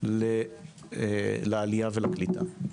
לעלייה ולקליטה.